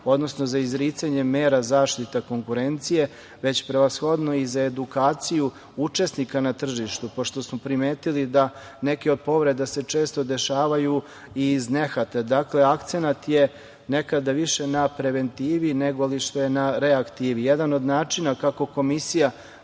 odnosno za izricanje mera zaštite konkurencije, već prevashodno i za edukaciju učesnika na tržištu. Pošto smo primetili da neke od povreda se često dešavaju i iz nehata, akcenat je nekada više na preventivi nego što je na reaktivni. Jedan od načina kako Komisija